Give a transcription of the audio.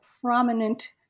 prominent